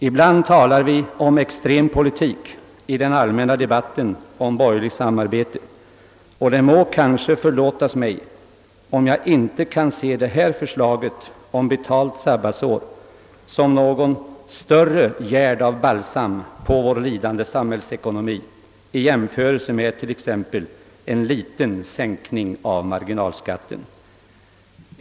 Ibland talas det om extrem politik i den allmänna debatten om borgerligt samarbete, och det må kanske förlåtas mig om jag inte kan se förslaget om ett betalt sabbatsår som en bättre balsam för vår lidande samhällsekonomi än t.ex. en liten sänkning av marginalskatten.